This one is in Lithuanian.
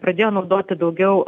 pradėjo naudoti daugiau